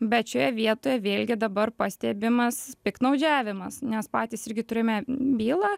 bet šioje vietoje vėlgi dabar pastebimas piktnaudžiavimas nes patys irgi turime bylą